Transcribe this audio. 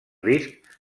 risc